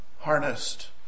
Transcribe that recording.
harnessed